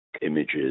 images